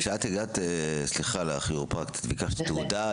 כשהגעת לכירופרקט ביקשת תעודה,